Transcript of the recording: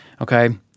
okay